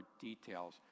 details